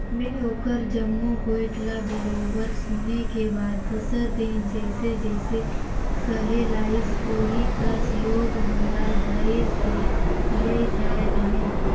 में ओखर जम्मो गोयठ ल बरोबर सुने के बाद दूसर दिन जइसे जइसे कहे लाइस ओही कस लोग मन ल धइर के ले जायें रहें